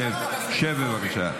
שב, בבקשה.